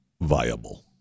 viable